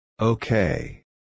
Okay